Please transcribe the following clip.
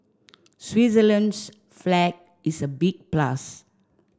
Switzerland's flag is a big plus